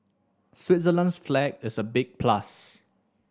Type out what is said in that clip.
Switzerland's flag is a big plus